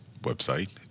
website